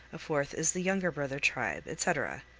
a fourth is the younger-brother tribe, etc.